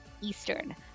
Eastern